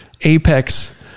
apex